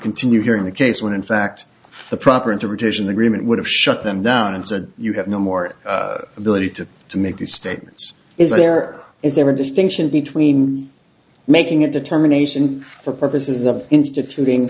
continue hearing the case when in fact the proper interpretation agreement would have shut them down and said you have no more ability to to make the statements is there or is there a distinction between making a determination for purposes of instituting